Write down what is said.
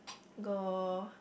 go